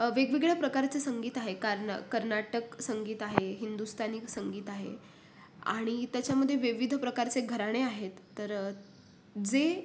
वेगवेगळ्या प्रकारचे संगीत आहे कारण कर्नाटक संगीत आहे हिंदुस्तानी संगीत आहे आणि त्याच्यामध्ये विविध प्रकारचे घराणे आहेत तर जे